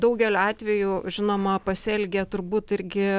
daugeliu atvejų žinoma pasielgė turbūt irgi